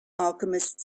alchemist